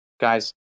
Guys